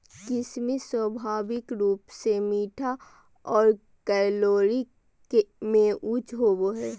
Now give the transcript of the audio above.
किशमिश स्वाभाविक रूप से मीठा आर कैलोरी में उच्च होवो हय